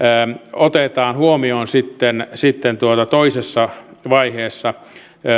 otetaan huomioon sitten sitten toisessa vaiheessa